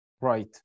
Right